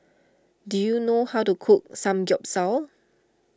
do you know how to cook Samgyeopsal